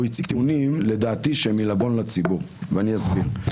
הוא הציג טיעונים שלדעתי הם עלבון לציבור ואני אסביר.